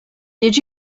did